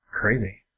Crazy